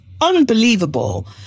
unbelievable